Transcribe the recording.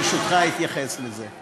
ברשותך, אתייחס לזה.